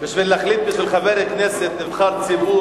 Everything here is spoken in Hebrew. בשביל להחליט עבור חבר כנסת נבחר ציבור,